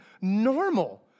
normal